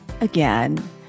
again